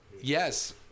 Yes